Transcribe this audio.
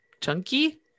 Chunky